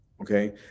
okay